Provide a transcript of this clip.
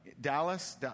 Dallas